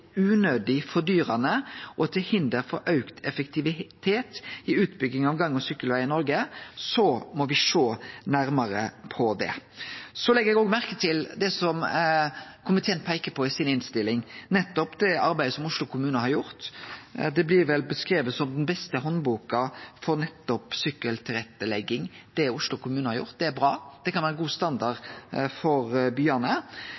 unødig fordyrande og til hinder for auka effektivitet i utbygginga av gang- og sykkelvegar i Noreg, må vi sjå nærmare på det. Så legg eg òg merke til det som komiteen peiker på i si innstilling, det arbeidet som Oslo kommune har gjort. Det blir beskrive som den beste handboka for sykkeltilrettelegging, det Oslo kommune har gjort. Det er bra, det kan vere ein god standard for byane.